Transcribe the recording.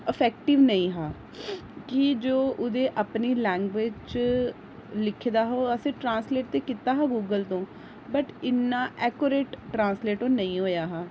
effective नेईं हा कि जो उ'दे अपनी लैंग्वेजिज च लिखे दा हा असें ट्रांस्लेट ते कीता हा गूगल तों बट इन्ना एकोरेट ट्रांस्लेट ओह् नेईं होआ हा